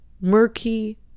Murky